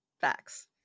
Facts